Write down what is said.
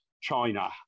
China